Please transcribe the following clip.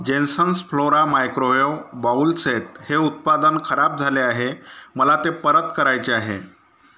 Jensen's Flora microwave bowl set हे उत्पादन खराब झाले आहे मला ते परत करायचे आहे